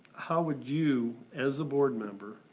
how would you, as a board member,